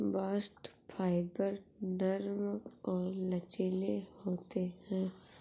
bast fibre नरम और लचीले होते हैं